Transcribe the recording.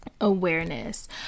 awareness